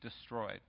destroyed